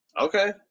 Okay